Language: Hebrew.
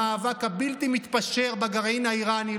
במאבק הבלתי-מתפשר בגרעין האיראני,